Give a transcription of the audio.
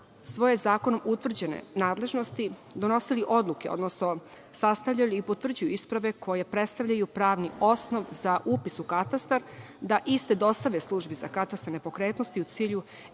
svoje zakonom utvrđene nadležnosti, donosili odluke, odnosno sastavljali i potvrđivali isprave koje predstavljaju pravni osnov za upis u katastar, da iste dostave službi za katastar nepokretnosti u cilju